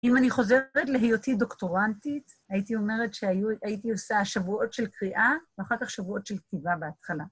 אם אני חוזרת להיותי דוקטורנטית, הייתי אומרת שהייתי עושה שבועות של קריאה ואחר כך שבועות של כתיבה בהתחלה.